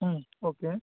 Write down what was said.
ಹ್ಞೂ ಓಕೆ